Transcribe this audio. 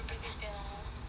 practice piano